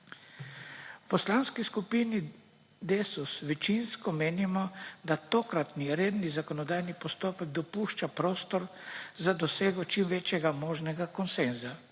V Poslanski skupini Desus večinsko menimo, da tokratni redni zakonodajni postopek dopušča prostor za dosego čim večjega možnega konsenza,